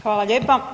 Hvala lijepa.